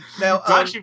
Now